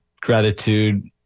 gratitude